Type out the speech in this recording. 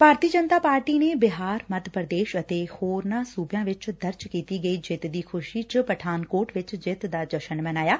ਭਾਰਤੀ Janata Party ਨੇ ਬਿਹਾਰ ਮੱਧ ਪ੍ਰਦੇਸ਼ ਅਤੇ ਹੋਰ ਸੁਬਿਆਂ ਵਿਚ ਦਰਜ ਕੀਤੀ ਗਈ ਜਿੱਤ ਦੀ ਖੁਸ਼ੀ ਚ ਪਠਾਨਕੋਟ ਵਿਚ ਜਿੱਤ ਦਾ ਜਸ਼ਨ ਮਨਾਇਆ